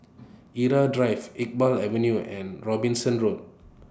Irau Drive Iqbal Avenue and Robinson Road